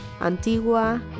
Antigua